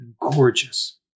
gorgeous